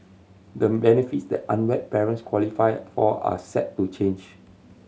the benefits that unwed parents qualify for are set to change